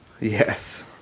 Yes